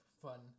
fun